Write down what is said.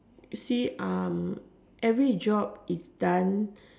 see um every job is done